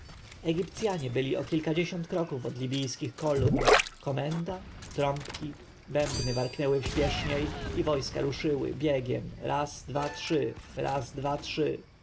egipcjanie byli o kilkadziesiąt kroków od libijskich kolumn komenda trąbki bębny warknęły śpieszniej i wojska ruszyły biegiem raz dwa trzy raz dwa trzy